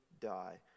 die